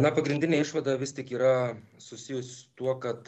na pagrindinė išvada vis tik yra susijusi su tuo kad